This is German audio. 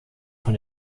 von